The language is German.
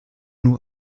nur